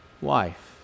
wife